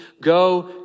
Go